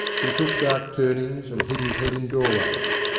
he took dark turnings, and hid his head in doorways.